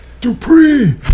Dupree